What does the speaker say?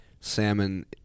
salmon